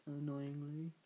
Annoyingly